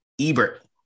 Ebert